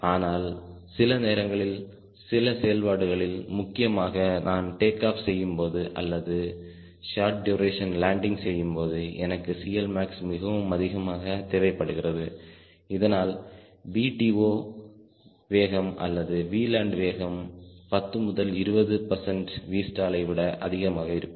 ஆனால் சில நேரங்களில் சில செயல்பாடுகளில் முக்கியமாக நான் டேக் ஆஃப் செய்யும்போது அல்லது ஷார்ட் டுரேஷன் லேன்டிங் செய்யும்போது எனக்கு CLmax மிகவும் அதிகமாக தேவைப்படுகிறது இதனால் VTO வேகம் அல்லது Vland வேகம் 10 முதல் 20 பர்சன்ட் Vstall விட அதிகமாக இருக்கும்